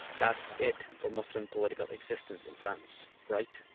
that's it for muslim political existence in france, right?